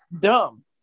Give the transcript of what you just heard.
dumb